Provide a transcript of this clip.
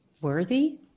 worthy